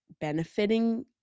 benefiting